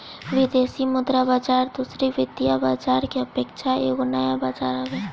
विदेशी मुद्रा बाजार दूसरी वित्तीय बाजार के अपेक्षा एगो नया बाजार हवे